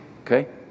okay